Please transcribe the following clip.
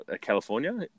California